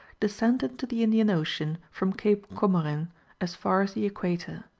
descend into the indian ocean from cape comorin as far as the equator.